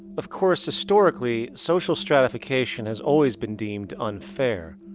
of course, historically, social stratification has always been deemed unfair,